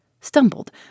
stumbled